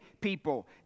people